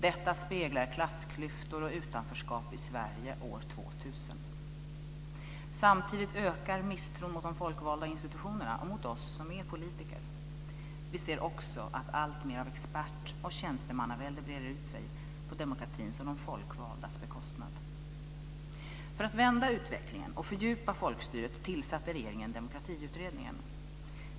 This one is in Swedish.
Detta speglar klassklyftor och utanförskap i Sverige år 2000. Samtidigt ökar misstron mot de folkvalda institutionerna och mot oss som är politiker. Vi ser också att alltmer av expert och tjänstemannavälde breder ut sig på demokratins och de folkvaldas bekostnad. För att vända utvecklingen och fördjupa folkstyret tillsatte regeringen Demokratiutredningen.